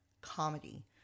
comedy